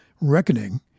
Reckoning